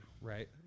right